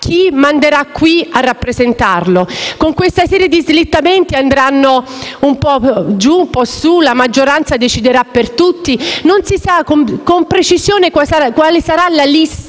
chi manderà qui a rappresentarlo; con questa serie di slittamenti andranno un po' giù e un po' su, la maggioranza deciderà per tutti e non si saprà con precisione quale sarà la lista